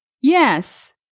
Yes